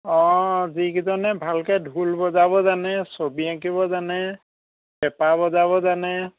অঁ যি কেইজনে ভালকৈ ঢোল বজাব জানে ছবি আঁকিব জানে পেঁপা বজাব জানে